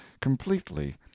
completely